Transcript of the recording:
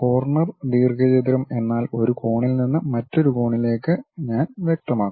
corner ദീർഘചതുരം എന്നാൽ ഒരു കോണിൽ നിന്ന് മറ്റൊരു കോണിലേക്ക് ഞാൻ വ്യക്തമാക്കണം